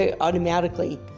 automatically